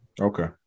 Okay